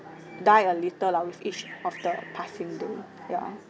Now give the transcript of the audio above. die a little lah with each of the passing day ya